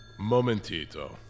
Momentito